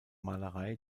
malerei